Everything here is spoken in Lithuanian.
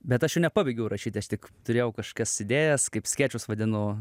bet aš jo nepabaigiau rašyti aš tik turėjau kažkokias idėjas kaip skečus vadinu